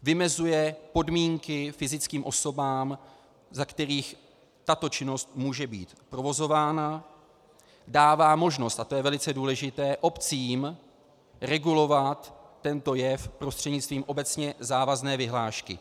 Vymezuje podmínky fyzickým osobám, za kterých tato činnost může být provozována, dává možnost, a to je velice důležité, obcím regulovat tento jev prostřednictvím obecně závazné vyhlášky.